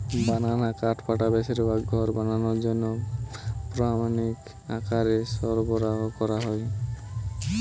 বানানা কাঠপাটা বেশিরভাগ ঘর বানানার জন্যে প্রামাণিক আকারে সরবরাহ কোরা হয়